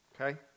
Okay